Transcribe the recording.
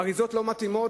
אריזות לא מתאימות,